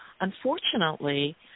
Unfortunately